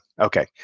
Okay